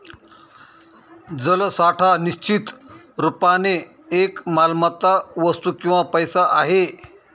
जलसाठा निश्चित रुपाने एक मालमत्ता, वस्तू किंवा पैसा आहे